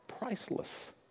Priceless